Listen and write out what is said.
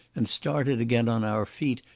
and started again on our feet,